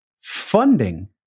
Funding